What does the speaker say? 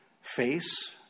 face